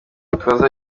gitwaza